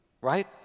Right